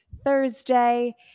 Thursday